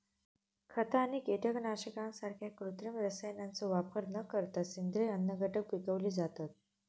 खता आणि कीटकनाशकांसारख्या कृत्रिम रसायनांचो वापर न करता सेंद्रिय अन्नघटक पिकवले जातत